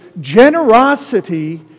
generosity